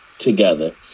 together